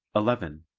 eleven.